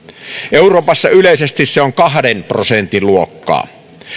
euroopassa yleisesti se on kahden prosentin luokkaa